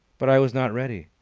but i was not ready.